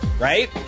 right